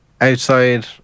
outside